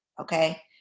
okay